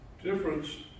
difference